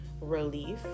relief